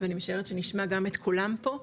ואני משערת שנשמע גם את קולם פה.